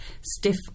stiff